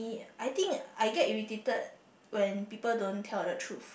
I think I get irritated when people don't tell the truth